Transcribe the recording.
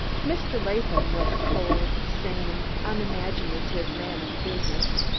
mr. latham was a cold, sane, unimaginative man of business.